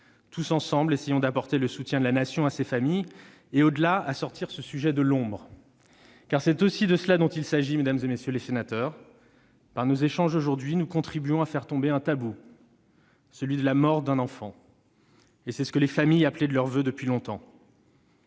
tous ensemble, essayons d'apporter le soutien de la Nation à ces familles. Au-delà, tâchons de sortir ce sujet de l'ombre, car c'est aussi de cela qu'il s'agit, mesdames, messieurs les sénateurs ; par nos échanges, nous contribuons à faire tomber un tabou, celui de la mort d'un enfant ; c'est ce que les familles appelaient de leurs voeux depuis longtemps.